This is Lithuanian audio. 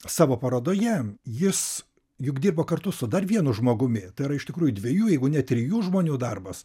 savo parodoje jis juk dirbo kartu su dar vienu žmogumi tai yra iš tikrųjų dviejų jeigu ne trijų žmonių darbas